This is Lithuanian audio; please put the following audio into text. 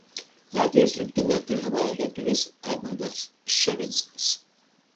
latvijos rinktinę treniruoja lietuvis edmundas ščavinskas